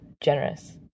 generous